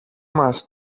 μας